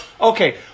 Okay